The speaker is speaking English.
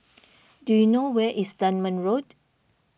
do you know where is Dunman Road